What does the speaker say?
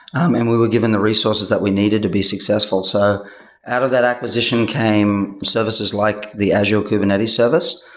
um and we were given the resources that we needed to be successful. so out of that acquisition came services like the azure kubernetes services,